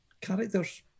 characters